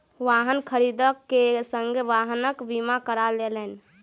वाहन खरीद के संगे वाहनक बीमा करा लेलैन